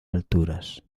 alturas